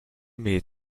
meat